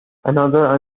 another